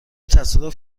تصادف